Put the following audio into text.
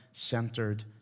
Centered